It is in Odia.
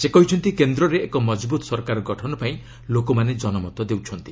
ସେ କହିଛନ୍ତି କେନ୍ଦ୍ରରେ ଏକ ମଜବୁତ ସରକାର ଗଠନ ପାଇଁ ଲୋକମାନେ ଜନମତ ଦେଉଛନ୍ତି